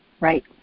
Right